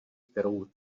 kterou